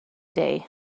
day